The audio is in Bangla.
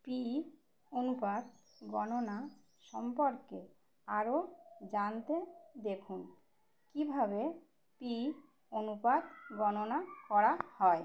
পিই অনুপাত গণনা সম্পর্কে আরও জানতে দেখুন কীভাবে পিই অনুপাত গণনা করা হয়